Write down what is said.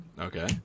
Okay